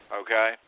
okay